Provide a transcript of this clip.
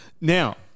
Now